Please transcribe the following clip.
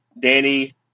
Danny